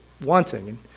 wanting